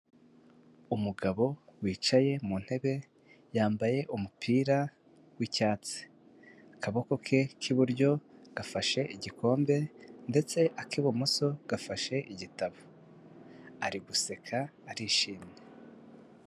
Umugabo wicaye mu ntebe, yambaye umupira w'icyatsi, akaboko ke k'iburyo gafashe igikombe ndetse ak'ibumoso gafashe igitabo, ari guseka arishimye.